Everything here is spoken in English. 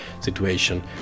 situation